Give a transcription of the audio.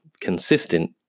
consistent